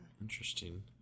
Interesting